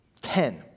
Ten